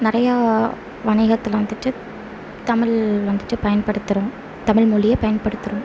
நிறையா வணிகத்தில் வந்துட்டு தமிழ் வந்துட்டு பயன்படுத்துகிறோம் தமிழ் மொழியை பயன்படுத்துகிறோம்